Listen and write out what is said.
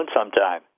sometime